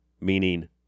meaning